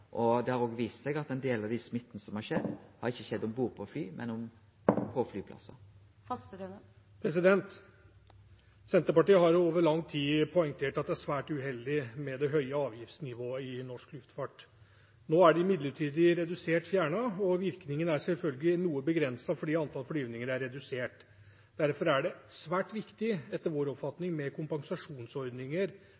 Det har òg vist seg at ein del av den smitten som har skjedd, ikkje har skjedd om bord på fly, men på flyplassen. Senterpartiet har over lang tid poengtert at det er svært uheldig med det høye avgiftsnivået i norsk luftfart. Nå er det midlertidig redusert eller fjernet, og virkningen er selvfølgelig noe begrenset fordi antall flyvninger er redusert. Derfor er det etter vår oppfatning svært viktig